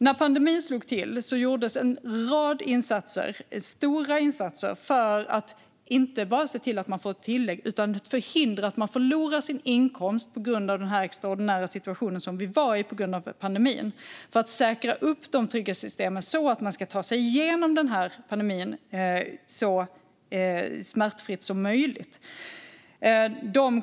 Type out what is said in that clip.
När pandemin slog till gjordes en rad stora insatser, inte bara i form av tillägg utan för att förhindra att man förlorade sin inkomst på grund av denna extraordinära situation och för att säkra upp trygghetssystemen så att man kunde ta sig igenom pandemin så smärtfritt som möjligt.